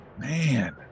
man